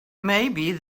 maybe